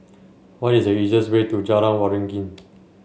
what is the easiest way to Jalan Waringin